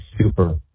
super